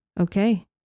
Okay